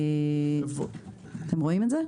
הסתייגות 21,